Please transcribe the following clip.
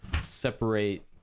separate